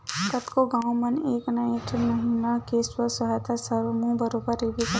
कतको गाँव म एक ना एक ठन महिला मन के स्व सहायता समूह बरोबर रहिबे करथे